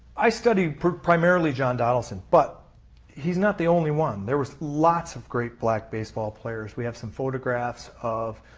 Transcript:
i studied primarily john donaldson. but he's not the only one. there was lots of great black baseball players. we have some photographs of